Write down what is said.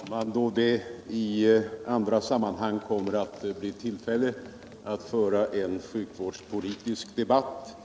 Herr talman! Då vi i andra sammanhang kommer att få tillfälle att föra en sjukvårdspolitisk debatt